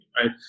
right